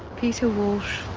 peter walsh.